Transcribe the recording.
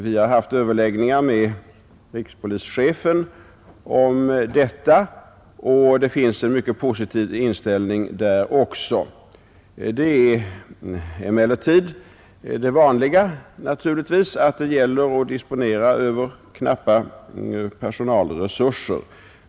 Vi har haft överläggningar med rikspolischefen om detta, och det finns en mycket positiv inställning där också. Det är emellertid det vanliga, naturligtvis, att det gäller att disponera över knappa personalresurser.